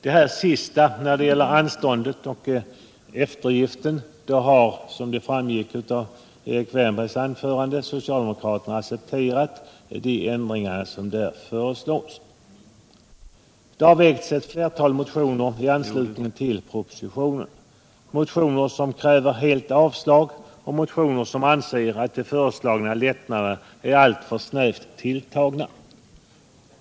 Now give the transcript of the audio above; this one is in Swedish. Som framgick av Erik Wärnbergs anförande har socialdemokraterna accepterat de här föreslagna ändringarna beträffande anstånd och eftergift. Det har väckts ett flertal motioner i anslutning till propositionen, motioner som kräver helt avslag och motioner där man anser att de föreslagna lättnaderna är alltför snävt tilltagna.